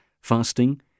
fasting